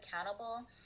accountable